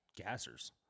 gassers